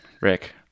rick